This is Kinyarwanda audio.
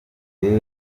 umuntu